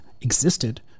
existed